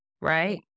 right